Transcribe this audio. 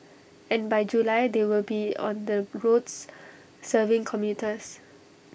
and by July they will be on the roads serving commuters